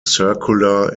circular